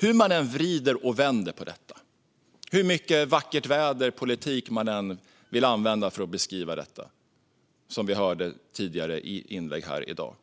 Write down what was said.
Hur man än vrider och vänder på detta, hur mycket vackert-väder-politik man än vill använda för att beskriva detta, som vi hörde tidigare i inlägg här i dag,